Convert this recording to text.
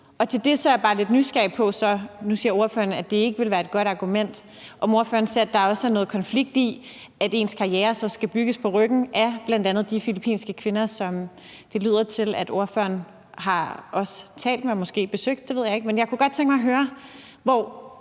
argument. Så jeg er lidt nysgerrig efter at høre, om ordføreren ser, at der også er noget konflikt i, at ens karriere så skal bygges på ryggen af bl.a. de filippinske kvinder, som det lyder som om ordføreren også har talt med og måske besøgt – det ved jeg ikke. Men jeg kunne godt tænke mig at høre, hvor